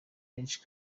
benshi